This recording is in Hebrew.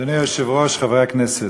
אדוני היושב-ראש, חברי הכנסת,